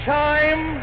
time